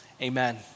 amen